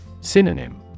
Synonym